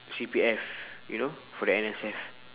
C_P_F you know for the N_S_F